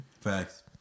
facts